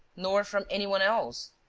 nor from any one else.